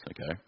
okay